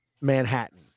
manhattan